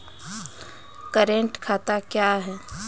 Current खाता क्या हैं?